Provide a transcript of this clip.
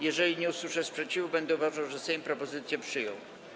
Jeżeli nie usłyszę sprzeciwu, będę uważał, że Sejm propozycję przyjął.